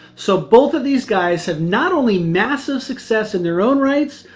so both of these guys have not only massive success in their own rights,